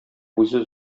үзе